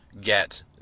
get